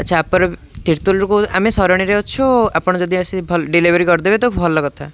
ଆଚ୍ଛା ଆପଣ ତିର୍ତ୍ତୋଲରୁ କହୁ ଆମେ ସରଣୀରେ ଅଛୁ ଆପଣ ଯଦି ଆସି ଡେଲିଭରି କରିଦେବେ ତ ଭଲ କଥା